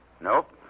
Nope